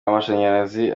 amashanyarazi